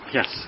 Yes